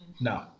No